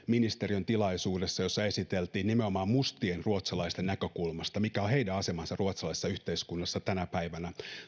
ministeriön tilaisuudessa jossa esiteltiin nimenomaan mustien ruotsalaisten näkökulmasta mikä on heidän asemansa ruotsalaisessa yhteiskunnassa tänä päivänä